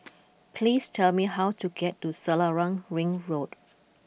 please tell me how to get to Selarang Ring Road